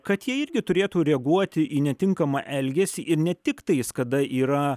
kad jie irgi turėtų reaguoti į netinkamą elgesį ir ne tik tais kada yra